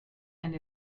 and